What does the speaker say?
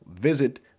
Visit